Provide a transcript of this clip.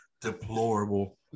Deplorable